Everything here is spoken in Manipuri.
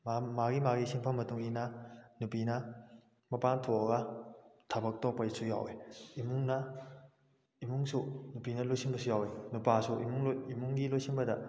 ꯃꯥꯒꯤ ꯃꯥꯒꯤ ꯁꯤꯟꯐꯝ ꯃꯇꯨꯡ ꯏꯟꯅ ꯅꯨꯄꯤꯅ ꯃꯄꯥꯟ ꯊꯣꯛꯑꯒ ꯊꯕꯛ ꯇꯧꯔꯛꯄꯁꯨ ꯌꯥꯎꯋꯤ ꯏꯃꯨꯡꯅ ꯏꯃꯨꯡꯁꯨ ꯅꯨꯄꯤꯅ ꯂꯣꯏꯁꯤꯟꯕꯁꯨ ꯌꯥꯎꯋꯤ ꯅꯨꯄꯥꯁꯨ ꯏꯃꯨꯡ ꯏꯃꯨꯡꯒꯤ ꯂꯣꯏꯁꯤꯟꯕꯗ